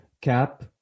cap